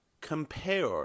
compare